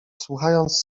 słuchając